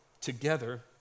together